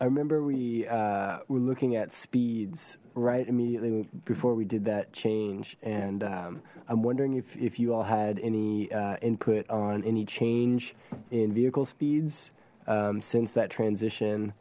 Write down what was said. i remember we were looking at speeds right immediately before we did that change and i'm wondering if you all had any input on any change in vehicle speeds since that transition